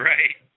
Right